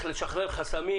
צריך לשחרר חסמים,